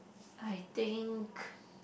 I think